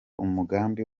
umugambi